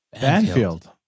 Banfield